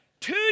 Two